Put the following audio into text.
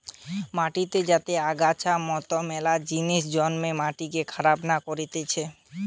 মাটিতে যাতে আগাছার মতন মেলা জিনিস জন্মে মাটিকে খারাপ না করতিছে